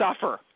suffer